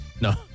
No